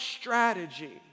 strategy